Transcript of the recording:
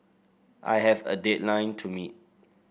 I have a deadline to meet